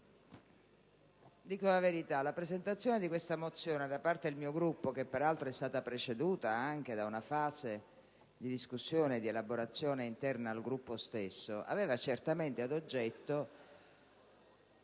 dico la verità: la presentazione della mozione n. 56 da parte del mio Gruppo, che peraltro è stata preceduta da una fase di discussione e di elaborazione interna al Gruppo stesso, aveva certamente ad oggetto